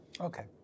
Okay